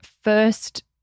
first